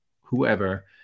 whoever